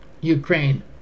Ukraine